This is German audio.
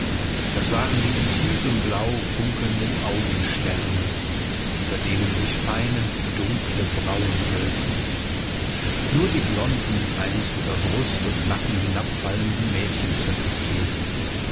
das waren die in tiefem blau funkelnden augensterne über denen sich feine dunkle brauen wölbten nur die blonden einst über brust und nacken hinabfallenden mädchenzöpfe fehlten